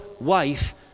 wife